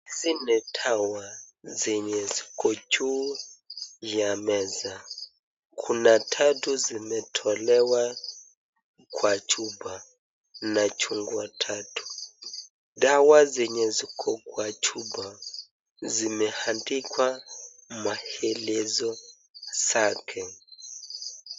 Hizi ni dawa zenye ziko juu ya meza. Kuna tatu zimetolewa kwa chupa na chungwa tatu. Dawa zenye ziko kwa chupa zimeandikwa maelezo zake.